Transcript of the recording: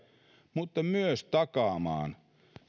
että myös takaamaan